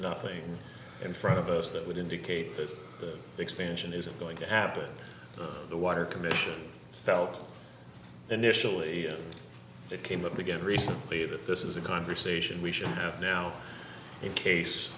nothing in front of us that would indicate that the expansion is going to happen the water commission felt initially it came up again recently that this is a conversation we should have now in case